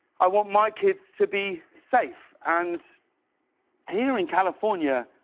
i want my kids to be safe. and here in california,